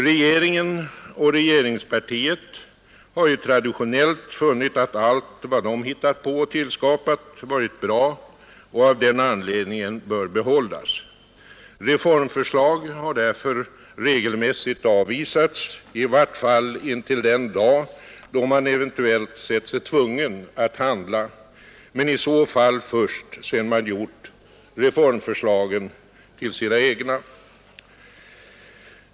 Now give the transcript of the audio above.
Regeringen och regeringspartiet har ju traditionellt funnit att allt vad de hittat på och tillskapat varit bra och av den anledningen bör behållas. Reformförslag har därför regelmässigt avvisats, i vart fall intill den dag då man eventuellt sett sig tvungen att handla, men i så fall först sedan man gjort reformförslagen till sina egna.